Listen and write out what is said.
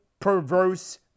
perverse